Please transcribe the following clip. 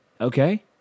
okay